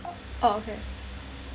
oh okay